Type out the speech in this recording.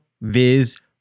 Viz